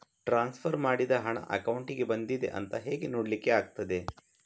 Transfer ಮಾಡಿದ ಹಣ ಅಕೌಂಟಿಗೆ ಬಂದಿದೆ ಅಂತ ಹೇಗೆ ನೋಡ್ಲಿಕ್ಕೆ ಆಗ್ತದೆ?